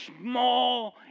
small